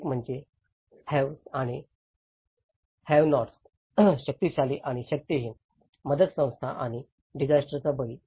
एक म्हणजे हॅव्हस आणि हॅव नोट्स शक्तिशाली आणि शक्तीहीन मदत संस्था आणि डिजास्टरचा बळी